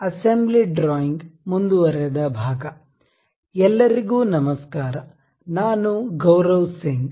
assembly drawing ಮುಂದುವರೆದ ಎಲ್ಲರಿಗೂ ನಮಸ್ಕಾರ ನಾನು ಗೌರವ್ ಸಿಂಗ್